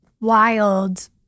wild